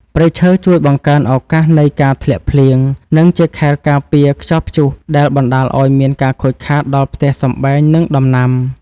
ព្រៃឈើជួយបង្កើនឱកាសនៃការធ្លាក់ភ្លៀង និងជាខែលការពារខ្យល់ព្យុះដែលបណ្តាលឱ្យមានការខូចខាតដល់ផ្ទះសម្បែង និងដំណាំ។